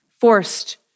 forced